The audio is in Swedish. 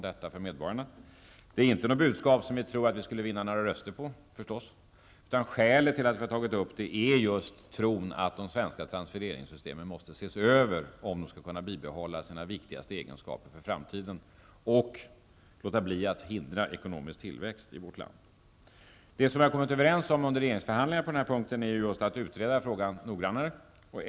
Det var inte något budskap som vi trodde att vi skulle vinna några röster på, utan skälet till att vi har tagit upp det är just tron att de svenska transfereringssystemen måste ses över, om de skall kunna bibehålla sina viktigaste egenskaper för framtiden och låta bli att hindra ekonomisk tillväxt i vårt land. Det som vi har kommit överens om under regeringsförhandlingarna på den här punkten är just att utreda frågan noggrannare.